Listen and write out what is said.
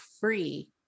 free